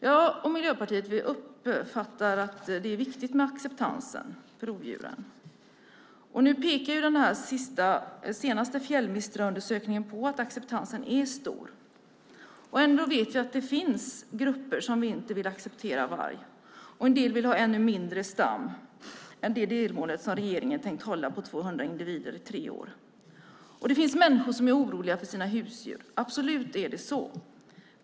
Jag och Miljöpartiet uppfattar att det är viktigt med acceptansen för rovdjuren. Nu pekar den senaste Fjäll-Mistra-undersökningen på att acceptansen är stor. Ändå vet vi att det finns grupper som inte vill acceptera varg. En del vill ha en ännu mindre stam än det delmål som regeringen tänkt hålla på 200 individer i tre år. Och det finns människor som är oroliga för sina husdjur. Det är absolut så.